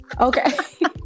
Okay